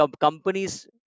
companies